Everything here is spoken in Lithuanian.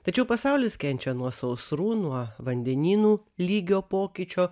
tačiau pasaulis kenčia nuo sausrų nuo vandenynų lygio pokyčio